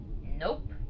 nope